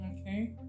Okay